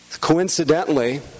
Coincidentally